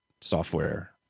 Software